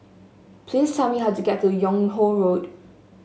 please tell me how to get to Yung Ho Road